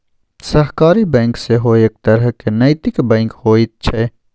सहकारी बैंक सेहो एक तरहक नैतिक बैंक होइत छै